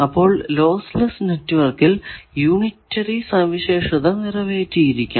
അപ്പോൾ lossless നെറ്റ്വർക്കിൽ unitary സവിശേഷത നിറവേറ്റിയിരിക്കണം